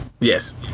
Yes